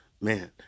man